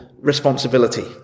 responsibility